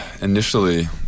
initially